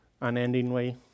Unendingly